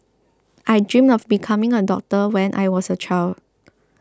I dreamt of becoming a doctor when I was a child